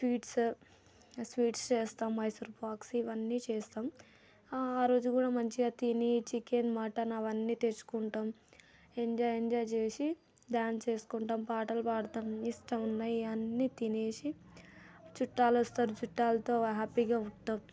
sweets sweets చేస్తాం మైసూర్ పాక్స్ ఇవన్నీ చేస్తాం ఆ రోజు కూడా మంచిగా తిని చికెన్ మటన్ అవన్నీ తెచ్చుకుంటాం ఎంజాయ్ ఎంజాయ్ చేసి డాన్స్ వేసుకుంటాం పాటలు పాడతాం ఇష్టమున్నవి అన్నీ తినేసి చుట్టాలు వస్తారు చుట్టాలతో హ్యాపీగా ఉంటాం